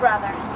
Brother